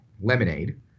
lemonade